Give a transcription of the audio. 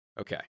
Okay